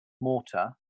mortar